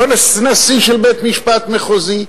לא נשיא של בית-משפט מחוזי,